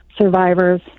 survivors